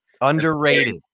underrated